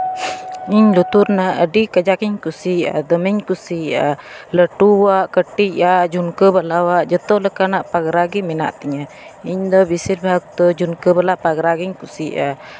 ᱤᱧ ᱞᱩᱛᱩᱨ ᱨᱮᱱᱟᱜ ᱟᱹᱰᱤ ᱠᱟᱡᱟᱠ ᱤᱧ ᱠᱩᱥᱤᱭᱟᱜᱼᱟ ᱫᱚᱢᱮᱧ ᱠᱩᱥᱤᱭᱟᱜᱼᱟ ᱞᱟᱹᱴᱩᱣᱟᱜ ᱠᱟᱹᱴᱤᱡ ᱟᱜ ᱡᱷᱩᱢᱠᱟᱹᱵᱟᱞᱟ ᱟᱜ ᱡᱚᱛᱚ ᱞᱮᱠᱟᱱᱟᱜ ᱯᱟᱜᱽᱨᱟ ᱜᱮ ᱢᱮᱱᱟᱜ ᱛᱤᱧᱟ ᱤᱧᱫᱚ ᱵᱮᱥᱤᱨ ᱵᱷᱟᱜᱽ ᱫᱚ ᱡᱷᱩᱱᱠᱟᱹ ᱵᱟᱞᱟ ᱯᱟᱜᱽᱨᱟ ᱜᱤᱧ ᱠᱩᱥᱤᱭᱟᱜᱼᱟ